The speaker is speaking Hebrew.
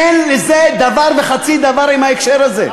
אין לזה דבר וחצי דבר עם ההקשר הזה.